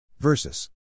Versus